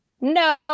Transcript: no